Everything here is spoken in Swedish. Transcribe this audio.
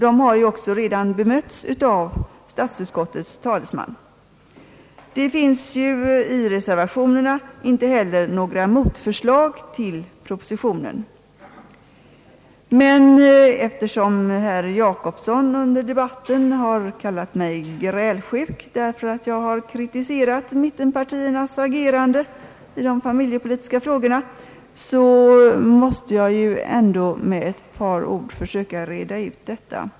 De har ju också redan bemötts av statsutskottets talesman. I reservationerna förekommer inte heller några motförslag till propositionens förslag, men eftersom herr Per Jacobsson under debatten har kallat mig grälsjuk, därför att jag har kritiserat mittenpartiernas agerande i de familjepolitiska frågorna, måste jag ändå med ett par ord försöka reda ut detta.